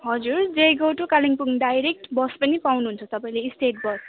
हजुर Jaigaon to Kalimpong direct bus पनि पाउनुहुन्छ तपाईँले स्टेट बस